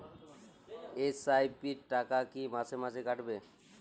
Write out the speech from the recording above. SIP র টাকা কী মাসে মাসে কাটবে?